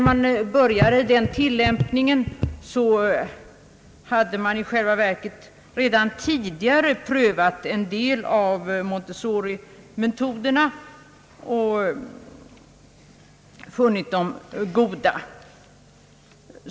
I själva verket hade skolan redan tidigare prövat en del av Montessorimetoderna och funnit dem goda.